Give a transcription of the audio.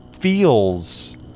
feels